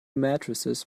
matrices